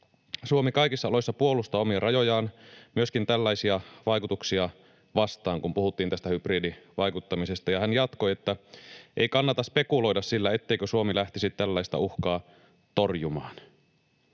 ”Suomi kaikissa oloissa puolustaa omia rajojaan, myöskin tällaisia vaikutuksia vastaan”, kun puhuttiin tästä hybridivaikuttamisesta. Ja hän jatkoi: ”Ei kannata spekuloida sillä, etteikö Suomi lähtisi tällaista uhkaa torjumaan.”